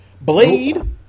blade